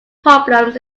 problems